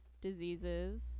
diseases